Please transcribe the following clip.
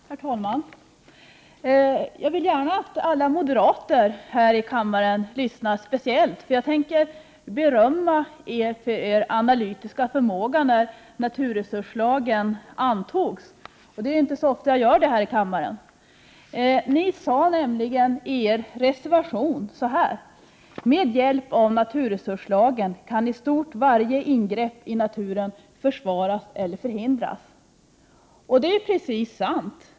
Herr talman! Jag vill gärna att speciellt alla moderater här i kammaren lyssnar, eftersom jag tänker berömma dem för deras analytiska förmåga när naturresurslagen antogs. Det är inte så ofta jag berömmer moderaterna här i kammaren. Moderaterna sade i sin reservation: Med hjälp av naturresurslagen kanii stort varje ingrepp i naturen försvaras eller förhindras. Det är sant.